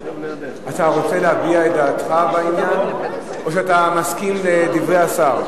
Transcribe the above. אתה רוצה להביע את דעתך בעניין או שאתה מסכים לדברי השר?